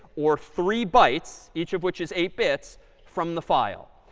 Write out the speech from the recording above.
or three bytes each of which is eight bits from the file.